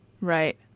Right